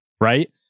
right